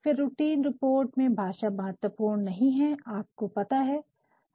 फिर routine report में भाषा महत्वपूर्ण नहीं है आपको पता है